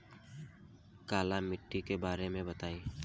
काला माटी के बारे में बताई?